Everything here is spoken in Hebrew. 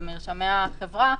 במרשמי החברה,